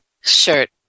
shirt